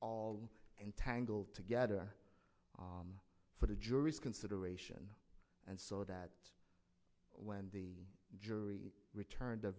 all entangled together for the jury's consideration and so that when the jury returned a